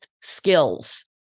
skills